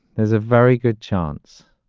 there's a very good chance.